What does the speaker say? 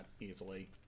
easily